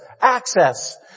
access